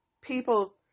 people